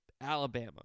Alabama